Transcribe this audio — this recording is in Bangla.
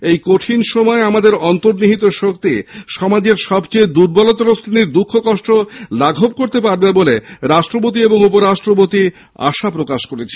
এই কঠিন সময়ে আমাদের অন্তর্নিহিত শক্তি সমাজের সবচেয়ে দুর্বল শ্রেণীর দুঃখ কষ্ট দূর করতে পারবে বলে রাষ্ট্রপতি এবং উপরাষ্ট্রপতি আশা প্রকাশ করেন